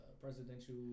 presidential